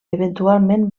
eventualment